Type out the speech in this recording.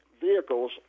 vehicles